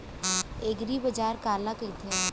एगरीबाजार काला कहिथे?